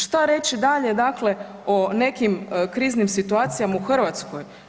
Šta reći dalje dakle o nekim kriznim situacijama u Hrvatskoj?